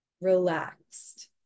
relaxed